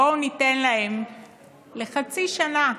בואו ניתן להן לחצי שנה,